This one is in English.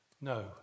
No